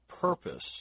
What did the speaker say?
purpose